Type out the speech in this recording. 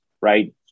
right